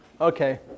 Okay